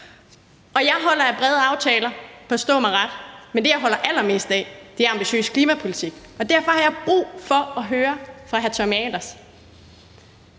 Og jeg holder af brede aftaler, forstå mig ret, men det, jeg holder allermest af, er ambitiøs klimapolitik. Og derfor har jeg brug for at høre fra hr. Tommy Ahlers: